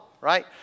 right